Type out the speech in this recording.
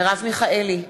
מרב מיכאלי,